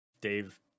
Dave